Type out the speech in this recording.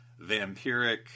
vampiric